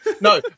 No